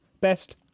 Best